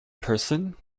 person